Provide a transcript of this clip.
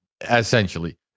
essentially